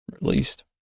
released